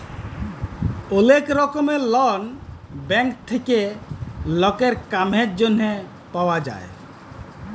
ওলেক রকমের loan bank থেক্যে লকের কামের জনহে পাওয়া যায়